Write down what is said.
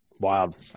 Wild